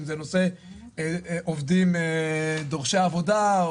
אם זה בנושא של דורשי עבודה,